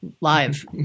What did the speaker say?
Live